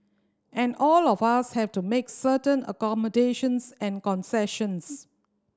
and all of us have to make certain accommodations and concessions